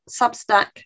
substack